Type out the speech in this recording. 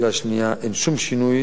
לשאלה השנייה, אין שום שינוי